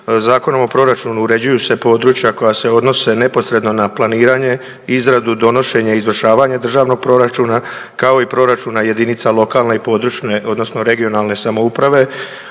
Zakonom o proračunu uređuju se područja koja se odnose neposredno na planiranje, izradu, donošenje i izvršavanje državnog proračuna, kao i proračuna jedinica lokalne i područne odnosno regionalne samouprave,